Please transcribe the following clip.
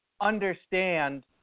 understand